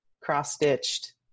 cross-stitched